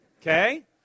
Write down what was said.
okay